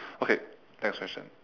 okay next question